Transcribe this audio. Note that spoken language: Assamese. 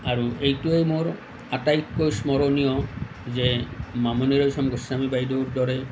আৰু এইটোয়েই মোৰ আটাইতকৈ স্মৰণীয় যে মামণি ৰয়ছম গোস্বামী বাইদেউৰ দৰে